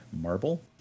marble